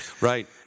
Right